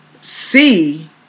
see